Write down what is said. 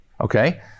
Okay